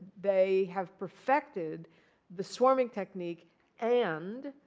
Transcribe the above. they have perfected the swarming technique and